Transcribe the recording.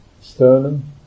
sternum